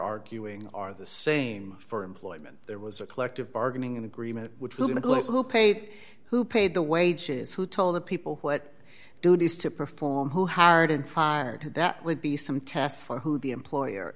arguing are the same for employment there was a collective bargaining agreement which would include who paid who paid the wages who told the people what duties to perform who hired and fired that would be some test for who the employer